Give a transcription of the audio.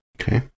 Okay